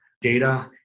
data